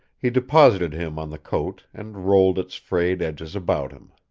he deposited him on the coat and rolled its frayed edges about him.